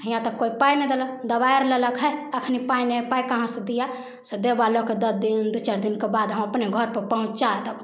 हिआँ तऽ कोइ पाइ नहि देलक दबारि लेलक हइ एखन पाइ नहि हइ पाइ कहाँसँ दिअऽ से देबऽ लऽ कऽ दस दिन दुइ चारि दिनके बाद हम अपने घरपर पहुँचा देबऽ